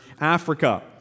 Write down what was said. Africa